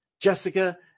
Jessica